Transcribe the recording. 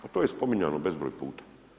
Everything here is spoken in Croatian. Pa to je spominjano bezbroj puta.